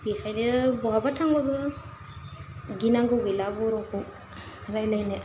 बेखायनो बहाबा थांबाबो गिनांगौ गैला बर'खौ रायलायनो